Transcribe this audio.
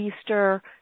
Easter